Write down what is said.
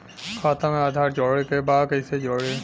खाता में आधार जोड़े के बा कैसे जुड़ी?